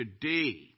today